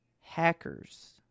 hackers